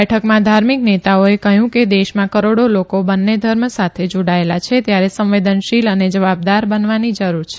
બેઠકમાં ધાર્મિક નેતાઓએ કહયું કે દેશમાં કરોડો લોકો બંને ધર્મ સાથે જોડાયેલા છે ત્યારે સંવેદનશીલ અને જવાબદાર બનવાની જરૂર છે